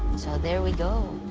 so there we go.